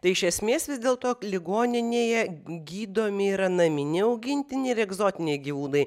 tai iš esmės vis dėlto ligoninėje gydomi yra naminiai augintiniai ir egzotiniai gyvūnai